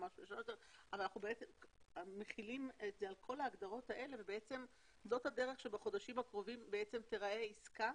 בעצם זו הדרך בחודשים הקרובים תיראה עסקה